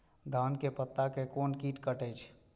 धान के पत्ता के कोन कीट कटे छे?